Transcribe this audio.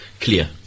clear